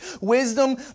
wisdom